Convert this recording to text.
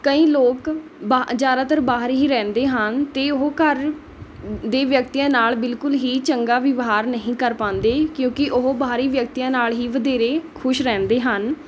ਕਈ ਲੋਕ ਬਹਾ ਜ਼ਿਆਦਾਤਰ ਬਾਹਰ ਹੀ ਰਹਿੰਦੇ ਹਨ ਅਤੇ ਉਹ ਘਰ ਦੇ ਵਿਅਕਤੀਆਂ ਨਾਲ਼ ਬਿਲਕੁਲ ਹੀ ਚੰਗਾ ਵਿਵਹਾਰ ਨਹੀਂ ਕਰ ਪਾਉਂਦੇ ਕਿਉਂਕਿ ਉਹ ਬਾਹਰੀ ਵਿਅਕਤੀਆਂ ਨਾਲ਼ ਹੀ ਵਧੇਰੇ ਖੁਸ਼ ਰਹਿੰਦੇ ਹਨ